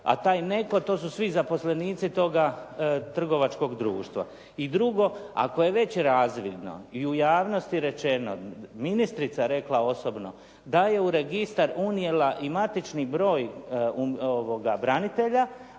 a taj netko to su svi zaposlenici toga trgovačkog društva. I drugo, ako je već razvidno i u javnosti rečeno, ministrica je rekla osobno da je u registar unijela i matični broj branitelja,